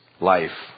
life